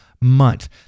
month